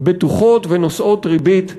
בטוחות ונושאות ריבית גבוהה.